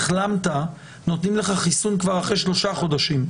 החלמת ונותנים לך חיסון כבר אחרי שלושה חודשים.